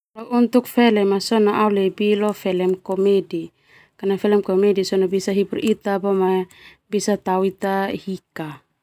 Kalo untuk film sona au lebih leo film komedi karna film komedi sona bisa hibur ita tao ita hika.